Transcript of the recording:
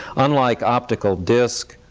unlike optical discs,